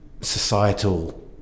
societal